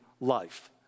life